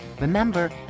Remember